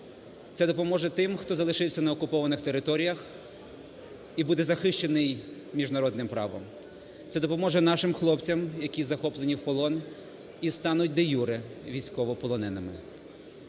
Це допоможе тим хто залишився на окупованих територіях і буде захищений міжнародним правом. Це допоможе нашим хлопцям, які захоплені в полон і стануть де-юре військовими полоненими.